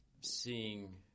seeing